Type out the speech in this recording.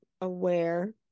aware